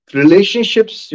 relationships